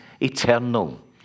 eternal